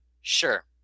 Sure